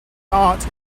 art